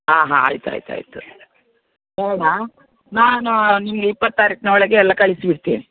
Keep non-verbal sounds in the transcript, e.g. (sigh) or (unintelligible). ಹಾಂ ಹಾಂ ಆಯ್ತು ಆಯ್ತು ಆಯಿತು (unintelligible) ನಾನು ನಿಮಗೆ ಇಪ್ಪತ್ತು ತಾರೀಕಿನ ಒಳಗೆ ಎಲ್ಲ ಕಳಿಸಿ ಬಿಡ್ತೇನೆ